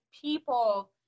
people